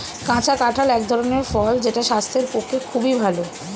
কাঁচা কাঁঠাল এক ধরনের ফল যেটা স্বাস্থ্যের পক্ষে খুবই ভালো